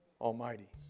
Almighty